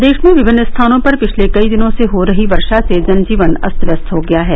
प्रदेश में विभिन्न स्थानों पर पिछले कई दिनों से हो रही वर्षा से जनजीवन अस्त व्यस्त हो गया है